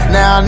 Now